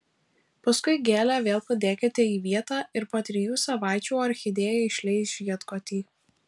paskui gėlę vėl padėkite į vietą ir po trijų savaičių orchidėja išleis žiedkotį